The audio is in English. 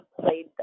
played